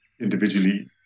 individually